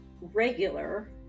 regular